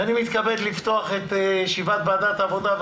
אני מתכבד לפתוח את ישיבת ועדת העבודה,